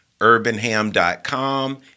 urbanham.com